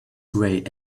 grey